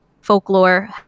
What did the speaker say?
folklore